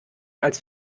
als